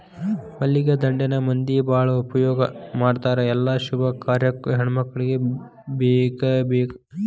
ಮಲ್ಲಿಗೆ ದಂಡೆನ ಮಂದಿ ಬಾಳ ಉಪಯೋಗ ಮಾಡತಾರ ಎಲ್ಲಾ ಶುಭ ಕಾರ್ಯಕ್ಕು ಹೆಣ್ಮಕ್ಕಳಿಗೆ ಬೇಕಬೇಕ